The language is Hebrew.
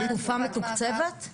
אני מבקש להתייחס.